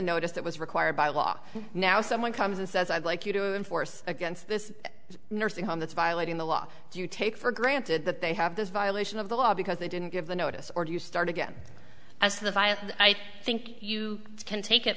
notice that was required by law now someone comes and says i'd like you to enforce against this nursing home that's violating the law do you take for granted that they have this violation of the law because they didn't give the notice or do you start again as the file i think you can take it